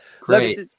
Great